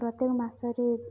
ପ୍ରତ୍ୟେକ ମାସରେ